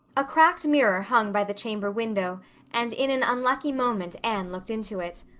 a cracked mirror hung by the chamber window and in an unlucky moment anne looked into it.